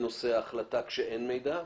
היא תיתן את המלצתה כשאין מידע.